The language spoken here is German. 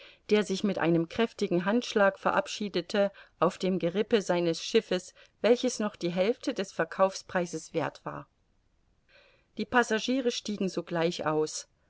der sich mit einem kräftigen handschlag verabschiedete auf dem gerippe seines schiffes welches noch die hälfte des verkaufspreises werth war die passagiere stiegen sogleich aus